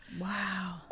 Wow